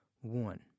one